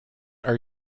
are